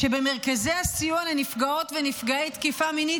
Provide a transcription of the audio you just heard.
שבמרכזי הסיוע לנפגעות ונפגעי תקיפה מינית